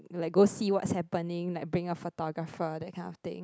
like go see what's happening like bring a photographer that kind of thing